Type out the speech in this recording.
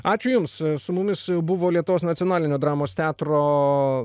ačiū jums su mumis buvo lietuvos nacionalinio dramos teatro